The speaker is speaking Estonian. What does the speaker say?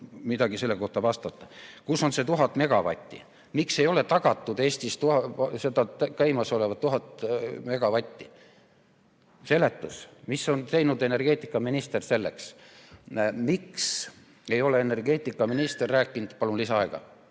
midagi selle kohta vastata. Kus on see 1000 megavatti? Miks ei ole tagatud Eestis käimasolevat 1000 megavatti? Mis on teinud energeetikaminister selleks? Miks ei ole energeetikaminister rääkinud ... Palun lisaaega.